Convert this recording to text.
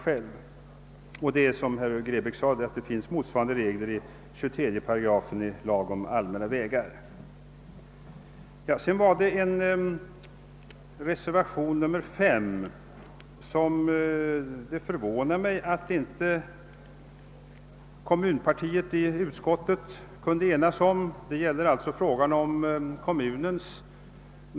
Det är mycket riktigt, såsom herr Grebäck påpekar, att en motsvarande bestämmelse också finns i 23§ lagen om allmänna vägar. Beträffande reservationen V förvånar det mig att »kommunpartiet» i utskottet inte kunnat enas om det förslag som där framföres.